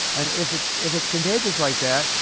and if it's if it's contagious like that,